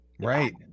Right